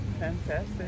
fantastic